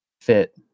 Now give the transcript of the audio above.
fit